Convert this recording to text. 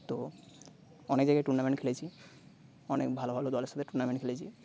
তো অনেক জায়গায় টুর্নামেন্ট খেলেছি অনেক ভালো ভালো দলের সাথে টুর্নামেন্ট খেলেছি